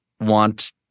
want